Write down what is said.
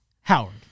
Howard